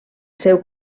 seu